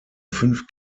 fünf